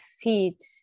feet